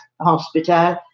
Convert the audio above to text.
hospital